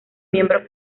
miembros